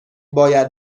باید